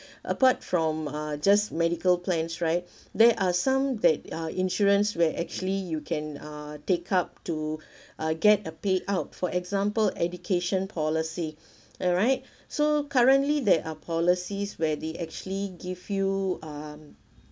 apart from uh just medical plans right there are some that uh insurance where actually you can uh take up to uh get a payout for example education policy alright so currently there are policies where they actually give you um